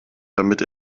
damit